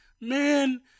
man